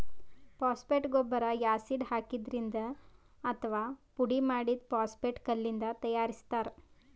phosphate ಗೊಬ್ಬರ್ acid ಹಾಕಿದ್ರಿಂದ್ ಅಥವಾ ಪುಡಿಮಾಡಿದ್ದ್ ಫಾಸ್ಫೇಟ್ ಕಲ್ಲಿಂದ್ ತಯಾರಿಸ್ತಾರ್